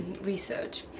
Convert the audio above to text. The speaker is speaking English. research